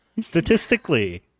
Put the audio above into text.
Statistically